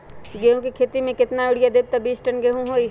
गेंहू क खेती म केतना यूरिया देब त बिस टन गेहूं होई?